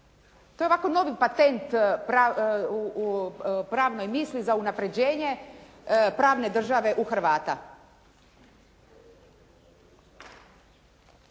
To je ovako novi patent u pravnoj misli za unapređenje pravne države u Hrvata.